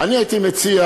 הייתי מציע,